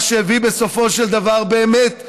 מה שהביא בסופו של דבר באמת,